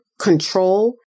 control